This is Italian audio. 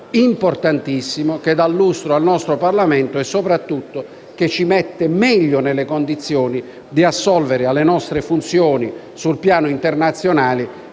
importante, dà lustro al nostro Parlamento e soprattutto ci mette meglio nelle condizioni di assolvere alle nostre funzioni sul piano internazionale,